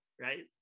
right